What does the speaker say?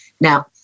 Now